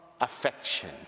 affection